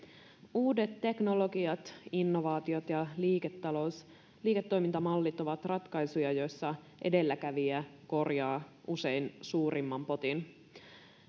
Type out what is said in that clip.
uudet teknologiat innovaatiot ja liiketoimintamallit ovat ratkaisuja joissa edelläkävijä korjaa usein suurimman potin